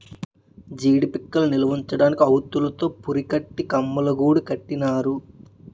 జీడీ పిక్కలు నిలవుంచడానికి వౌల్తులు తో పురికట్టి కమ్మలగూడు కట్టినారు